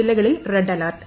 ജില്ലകളിൽ red alert